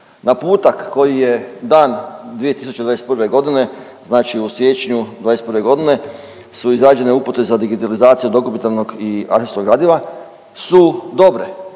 Naputak koji je dan 2021. godine znači u siječnju '21. godine, su izrađene upute za digitalizaciju dokumentarnog i arhivskog gradiva su dobre,